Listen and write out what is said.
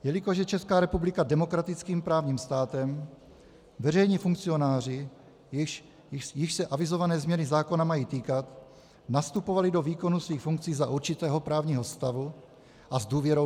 Jelikož je Česká republika demokratickým právním státem, veřejní funkcionáři, jichž se avizované změny zákona mají týkat, nastupovali do výkonu svých funkcí za určitého právního stavu a s důvěrou v něj.